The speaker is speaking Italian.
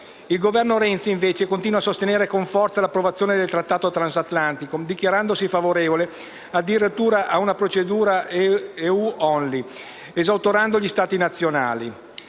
Il Governo Renzi, invece, continua a sostenere con forza l'approvazione del Trattato transatlantico, dichiarandosi favorevole addirittura ad una procedura *EU only* ed esautorando gli Stati nazionali.